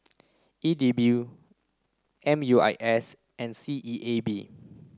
E D B U M U I S and C E A B